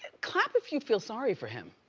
clap if you feel sorry for him.